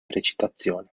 recitazione